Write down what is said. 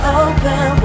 open